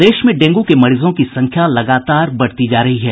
प्रदेश में डेंगू के मरीजों की संख्या लगातार बढ़ती जा रही है